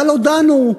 אבל הודענו,